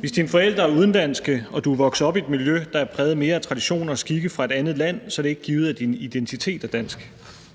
Hvis dine forældrene er udenlandske og du er vokset op i et miljø, der er præget mere af traditioner og skikke fra et andet land, så er det ikke givet, at din identitet er dansk.